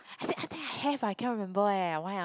have I cannot remember eh why ah